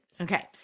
Okay